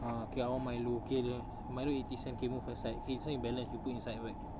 ah okay I want Milo okay then Milo eighty cents okay move aside eh this [one] your balance you put inside your bag